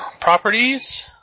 properties